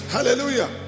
Hallelujah